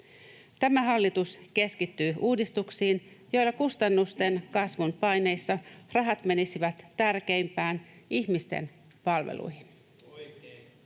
Tämä hallitus keskittyy uudistuksiin, joilla kustannusten kasvun paineissa rahat menisivät tärkeimpään: ihmisten palveluihin.